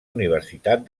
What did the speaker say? universitat